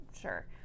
sure